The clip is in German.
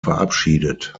verabschiedet